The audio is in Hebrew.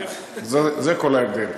זה כל ההבדל.